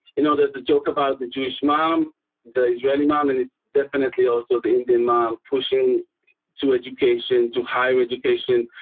you know, there's a joke about the jewish mom the israeli mom, and it's definitely also the indian mom pushing to education to higher education